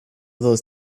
those